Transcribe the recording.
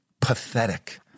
Pathetic